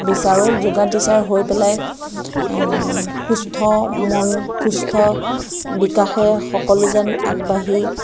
বিচাৰোঁ yoga teacher হৈ পেলাই সুস্থ মন সুস্থ বিকাশে সকলো যেন আগবাঢ়ি